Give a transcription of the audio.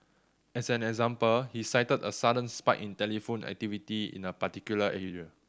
as an example he cited a sudden spike in telephone activity in a particular area